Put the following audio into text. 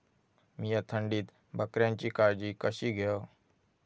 मीया थंडीत बकऱ्यांची काळजी कशी घेव?